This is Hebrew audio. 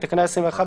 בתקנה 21,